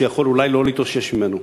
שאולי הוא לא יוכל להתאושש ממנו.